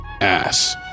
ass